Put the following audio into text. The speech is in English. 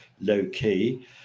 low-key